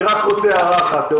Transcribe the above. אני רוצה רק הערה אחת.